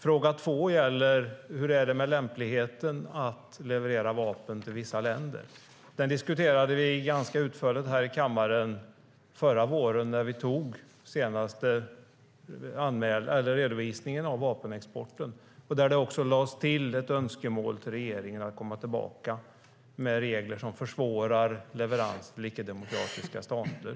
Det andra gäller lämpligheten att leverera vapen till vissa länder. Detta diskuterade vi ganska utförligt här i kammaren förra våren när vi antog den senaste redovisningen av vapenexporten. Där lades det också till ett önskemål till regeringen att komma tillbaka med regler som försvårar leverans till icke-demokratiska stater.